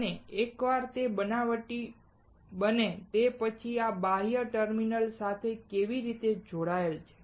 અને એકવાર તે બનાવટી બને તે પછી આ બાહ્ય ટર્મિનલ્સ સાથે કેવી રીતે જોડાયેલ છે